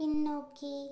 பின்னோக்கி